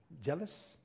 Jealous